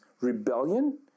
rebellion